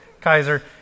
Kaiser